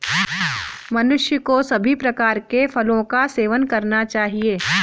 मनुष्य को सभी प्रकार के फलों का सेवन करना चाहिए